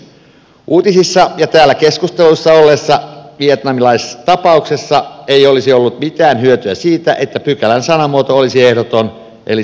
uutisissa ja täällä keskusteluissa olleessa vietnamilaistapauksessa ei olisi ollut mitään hyötyä siitä että pykälän sanamuoto olisi ehdoton eli sananmuodossa karkotetaan